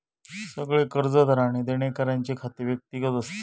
सगळे कर्जदार आणि देणेकऱ्यांची खाती व्यक्तिगत असतत